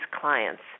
clients